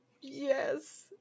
Yes